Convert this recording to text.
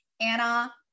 Anna